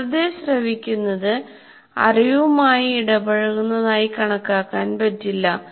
വെറുതെ ശ്രവിക്കുന്നത് അറിവുമായി ഇടപഴകുന്നതായി കണക്കാക്കാൻ പറ്റില്ല